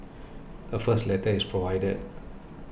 the first letter is provided